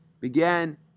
Began